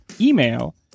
Email